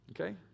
Okay